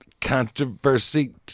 Controversy